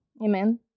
Amen